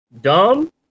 dumb